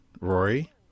Rory